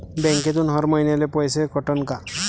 बँकेतून हर महिन्याले पैसा कटन का?